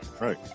Right